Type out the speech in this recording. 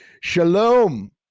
Shalom